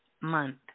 month